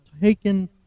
taken